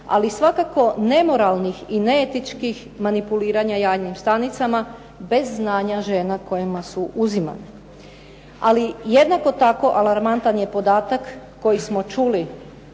ali svakako nemoralnih i neetičkih manipuliranja javnim stanicama, bez znanja žena kojima su ih uzimali. Ali jednako tako alarmantan je podatak koji smo čuli